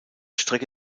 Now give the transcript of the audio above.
strecke